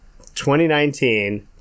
2019